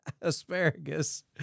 Asparagus